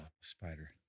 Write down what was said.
spider